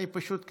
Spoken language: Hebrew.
אני פשוט,